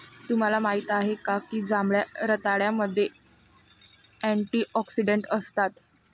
तुम्हाला माहित आहे का की जांभळ्या रताळ्यामध्ये अँटिऑक्सिडेंट असतात?